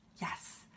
Yes